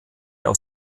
aus